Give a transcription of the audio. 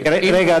רגע,